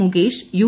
Mukesh U